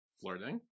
Flirting